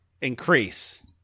increase